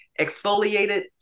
exfoliated